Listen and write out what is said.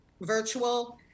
virtual